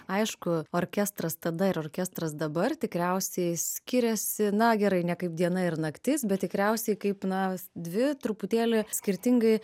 aišku orkestras tada ir orkestras dabar tikriausiai skiriasi na gerai ne kaip diena ir naktis bet tikriausiai kaip na dvi truputėlį skirtingai